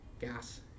gas